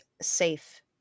safe